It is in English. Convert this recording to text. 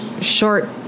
short